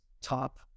top